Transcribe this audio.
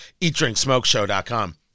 EatDrinkSmokeShow.com